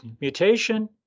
mutation